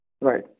Right